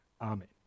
Amen